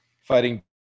Fighting